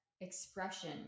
expression